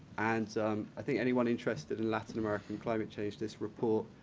and i think anyone interested in latin america and climate change, this report,